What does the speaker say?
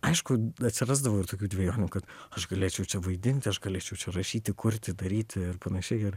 aišku atsirasdavo ir tokių dvejonių kad aš galėčiau čia vaidinti aš galėčiau čia rašyti kurti daryti ir panašiai ir